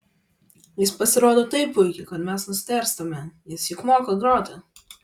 jis pasirodo taip puikiai kad mes nustėrstame jis juk moka groti